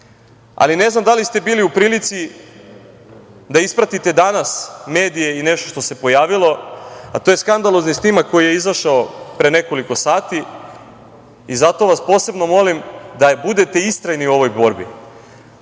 nas. Ne znam da li ste bili u prilici da ispratite danas medije i nešto što se pojavilo, a to je skandalozni snimak koji je izašao pre nekoliko sati i zato vas posebno molim da budete istrajni u ovoj borbi.